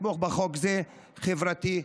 לתמוך בחוק חברתי זה.